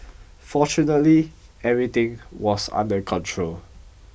fortunately everything was under control